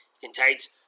contains